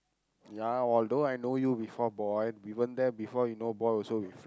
ya although I know you before boy given that before you know boy also we